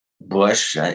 Bush